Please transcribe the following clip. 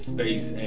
Space